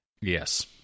Yes